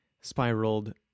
spiraled